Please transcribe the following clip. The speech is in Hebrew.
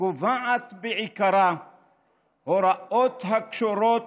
קובעת בעיקרה הוראות הקשורות